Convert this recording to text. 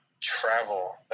travel